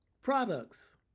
products